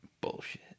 Bullshit